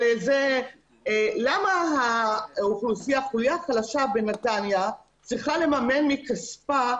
אבל למה האוכלוסייה החלשה בנתניה צריכה לממן מכספה